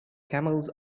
camels